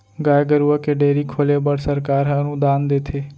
गाय गरूवा के डेयरी खोले बर सरकार ह अनुदान देथे